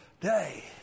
day